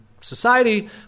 Society